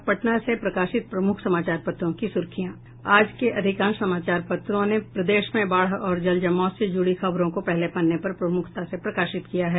अब पटना से प्रकाशित प्रमुख समाचार पत्रों की सुर्खियां आज के अधिकांश समाचार पत्रों ने प्रदेश में बाढ़ और जल जमाव से जुड़ी खबरों को पहले पन्ने पर प्रमुखता से प्रकाशित किया है